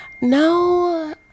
No